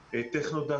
הטכנודע,